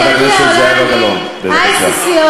זה מה שאת עושה, חברת הכנסת זהבה גלאון, בבקשה.